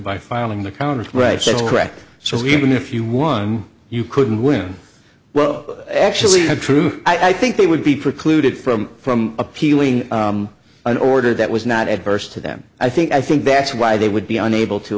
by filing the counter right said correct so even if you won you could win well actually the truth i think they would be precluded from from appealing an order that was not adverse to them i think i think that's why they would be unable to